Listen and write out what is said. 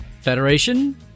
Federation